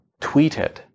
tweeted